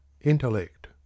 Intellect